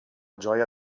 gioia